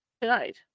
tonight